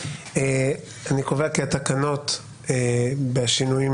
הצבעה אושרה אני קובע שהתקנות בשינויים